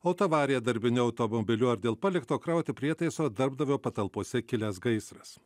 autoavarija darbiniu automobiliu ar dėl palikto krauti prietaiso darbdavio patalpose kilęs gaisras